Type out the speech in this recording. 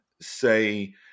Say